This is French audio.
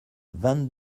vingt